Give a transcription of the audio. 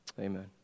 Amen